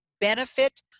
benefit